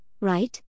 Right